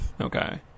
Okay